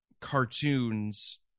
cartoons